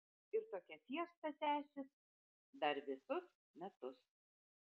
ir tokia fiesta tęsis dar visus metus